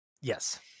Yes